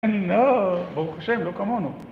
אני לא... ברוך השם, לא כמונו.